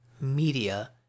media